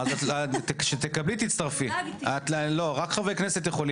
שרת החדשנות,